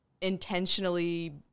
intentionally